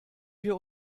wir